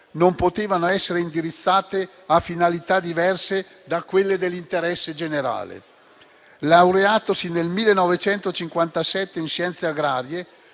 non potevano essere indirizzate a finalità diverse da quelle dell'interesse generale. Laureatosi nel 1957 in scienze agrarie,